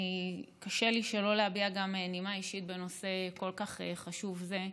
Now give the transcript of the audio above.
וקשה לי שלא להביע גם נימה אישית בנושא כל כך חשוב זה.